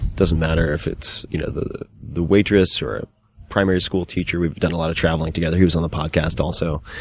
doesn't matter if it's you know the the waitress, or a primary school teacher. we've done a lot of traveling together, he was on the podcast also,